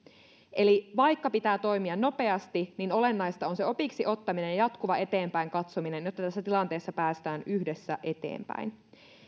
eli vaikka pitää toimia nopeasti olennaista on se opiksi ottaminen ja jatkuva eteenpäin katsominen jotta tässä tilanteessa päästään yhdessä eteenpäin